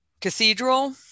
cathedral